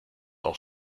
auch